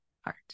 heart